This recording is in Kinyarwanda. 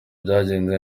byagenze